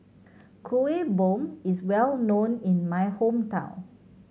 Kuih Bom is well known in my hometown